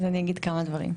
אז אני אגיד כמה דברים.